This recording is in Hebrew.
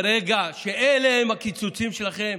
ברגע שאלה הקיצוצים שלכם,